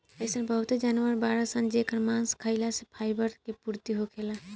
अइसन बहुते जानवर बाड़सन जेकर मांस खाइला से फाइबर मे पूर्ति होखेला